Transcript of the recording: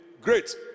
great